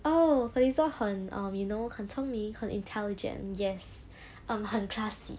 oh 很 um you know 很聪明很 intelligent yes um 很 classy